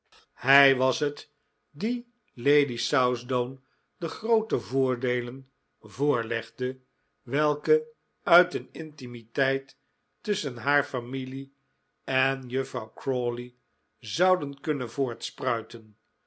hij was het die lady southdown de groote voordeelen voorlegde welke uit een intimiteit tusschen haar familie en juffrouw crawley zouden kunnen